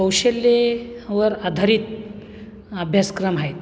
कौशल्येवर आधारित अभ्यासक्रम आहेत